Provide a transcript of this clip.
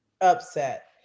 upset